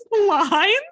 lines